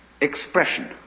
expression